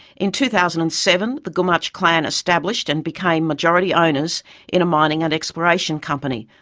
in two thousand and seven, the gumatj clan established and became majority owners in a mining and exploration company,